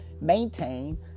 maintain